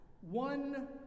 one